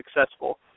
successful